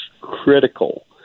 critical